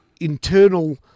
internal